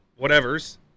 whatevers